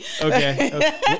Okay